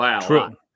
True